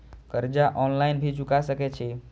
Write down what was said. कर्जा ऑनलाइन भी चुका सके छी?